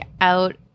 out